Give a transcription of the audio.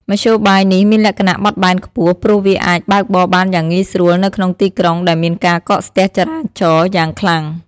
មធ្យោបាយនេះមានលក្ខណៈបត់បែនខ្ពស់ព្រោះវាអាចបើកបរបានយ៉ាងងាយស្រួលនៅក្នុងទីក្រុងដែលមានការកកស្ទះចរាចរណ៍យ៉ាងខ្លាំង។